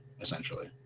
essentially